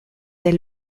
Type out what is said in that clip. elle